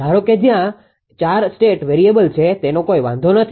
ધારો કે ત્યાં 4 સ્ટેટ વેરીએબલ છે તેનો કોઈ વાંધો નથી